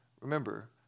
Remember